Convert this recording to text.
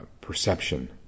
perception